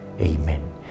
Amen